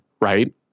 Right